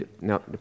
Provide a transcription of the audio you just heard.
Now